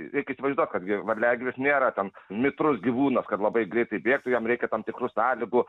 reikia įsivaizduot kad gi varliagyvis nėra ten mitrus gyvūnas kad labai greitai bėgtų jam reikia tam tikrų sąlygų